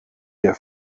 der